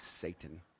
Satan